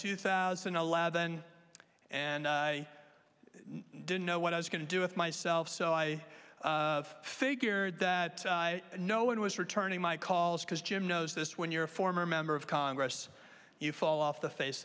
two thousand and eleven and i didn't know what i was going to do with myself so i figured that no one was returning my calls because jim knows this when you're a former member of congress you fall off the face